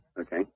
Okay